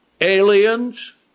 Aliens